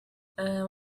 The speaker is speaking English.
what